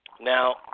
Now